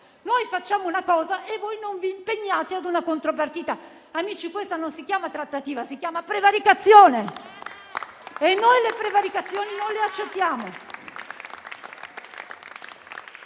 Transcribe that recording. noi facciamo una cosa e voi non vi impegnate ad una contropartita. Amici, questa non si chiama trattativa, ma prevaricazione e noi le prevaricazioni non le accettiamo.